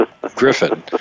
griffin